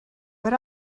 but